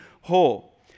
whole